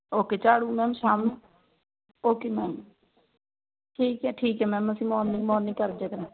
okay ਝਾੜੂ ma'am ਸ਼ਾਮ ਨੂੰ ਓਕੇ ਮੈਮ ਠੀਕ ਹੈ ਠੀਕ ਹੈ ਮੈਮ ਅਸੀਂ ਮੌਰਨਿੰਗ ਮੌਰਨਿੰਗ ਕਰ ਦਿਆਂ ਕਰਾਂਗੇ